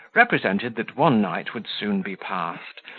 represented that one night would soon be passed,